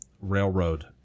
railroad